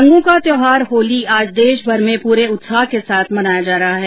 रंगों का त्यौहार होली आज देशभर में पूरे उत्साह के साथ मनाया जा रहा है